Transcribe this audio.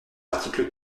l’article